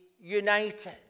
united